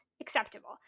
acceptable